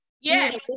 Yes